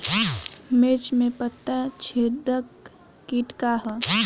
मिर्च में पता छेदक किट का है?